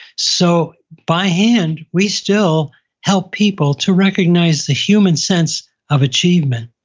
so by hand we still help people to recognize the human sense of achievement.